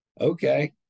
Okay